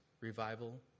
Revival